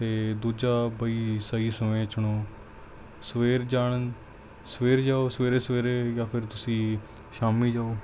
ਅਤੇ ਦੂਜਾ ਬਈ ਸਹੀ ਸਮੇਂ ਚੁਣੋ ਸਵੇਰ ਜਾਣ ਸਵੇਰ ਜਾਓ ਸਵੇਰੇ ਸਵੇਰੇ ਜਾਂ ਫਿਰ ਤੁਸੀਂ ਸ਼ਾਮੀ ਜਾਓ